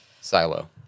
silo